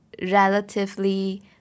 relatively